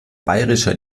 bayerischer